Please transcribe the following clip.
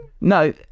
No